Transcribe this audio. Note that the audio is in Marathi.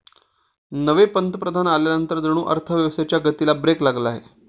नवे पंतप्रधान आल्यानंतर जणू अर्थव्यवस्थेच्या गतीला ब्रेक लागला आहे